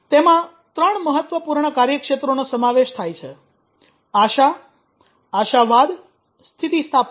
તેમાં ત્રણ મહત્વપૂર્ણ કાર્યક્ષેત્રનો સમાવેશ થાય છે આશા આશાવાદ સ્થિતિસ્થાપકતા